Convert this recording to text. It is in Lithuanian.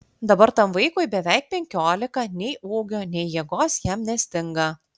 dabar tam vaikui beveik penkiolika nei ūgio nei jėgos jam nestinga